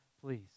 please